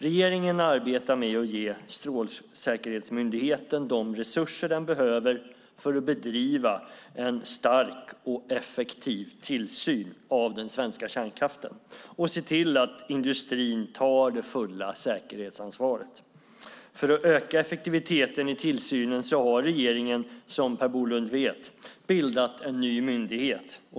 Regeringen arbetar med att ge Strålsäkerhetsmyndigheten de resurser den behöver för att bedriva en stark och effektiv tillsyn av den svenska kärnkraften och se till att industrin tar det fulla säkerhetsansvaret. För att öka effektiviteten i tillsynen har regeringen som Per Bolund vet bildat en ny myndighet.